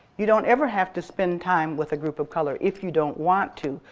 you don't ever have to spend time with a group of color if you don't want to.